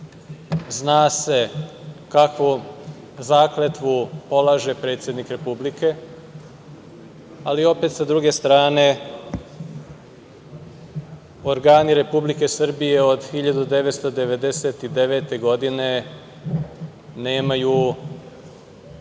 Zna se kakvu zakletvu polaže predsednik Republike, ali opet sa druge strane organi Republike Srbije od 1999. godine nemaju